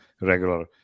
regular